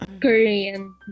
Korean